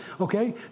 okay